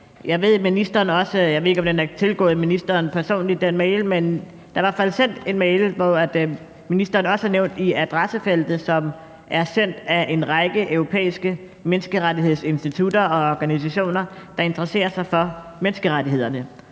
Jeg ved ikke, om den mail er tilgået ministeren personligt, men jeg har i hvert fald sendt en mail, hvor ministeren også er nævnt i adressefeltet. Den er sendt af en række europæiske menneskerettighedsinstitutter og organisationer, der interesserer sig for menneskerettighederne.